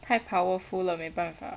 太 powerful 了没办法